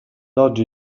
oggi